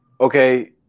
Okay